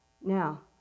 Now